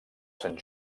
sant